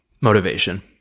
Motivation